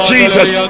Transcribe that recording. Jesus